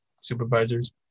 supervisors